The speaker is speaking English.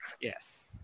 Yes